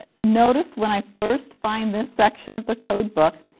notice when i first find this section of the code book,